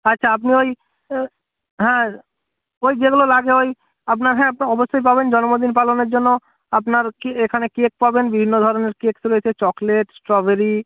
আচ্ছা আপনি ওই হ্যাঁ ওই যেগুলো লাগে ওই আপনার হ্যাঁ আপনি অবশ্যই পাবেন জন্মদিন পালনের জন্য আপনার কী এখানে কেক পাবেন বিভিন্ন ধরনের কেকস রয়েছে চকলেট স্ট্রবেরি